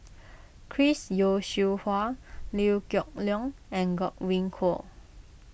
Chris Yeo Siew Hua Liew Geok Leong and Godwin Koay